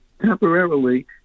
temporarily